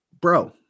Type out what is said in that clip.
bro